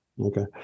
Okay